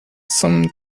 some